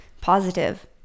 positive